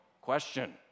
question